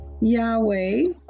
Yahweh